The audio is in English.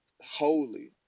holy